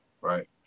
Right